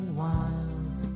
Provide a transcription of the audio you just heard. wild